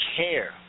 care